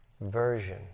version